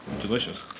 delicious